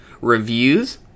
reviews